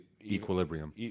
equilibrium